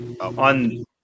On